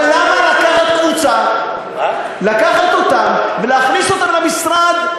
אבל למה לקחת אותם ולהכניס אותם למשרד,